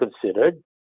considered